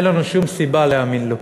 אין לנו שום סיבה להאמין לו.